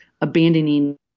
abandoning